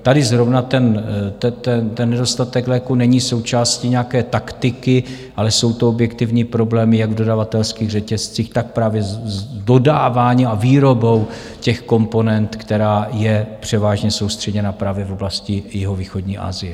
Tady zrovna ten nedostatek léků není součástí nějaké taktiky, ale jsou to objektivní problémy jak v dodavatelských řetězcích, tak právě s dodáváním a výrobou komponent, která je převážně soustředěna právě v oblasti jihovýchodní Asie.